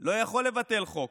לא יכול לבטל חוק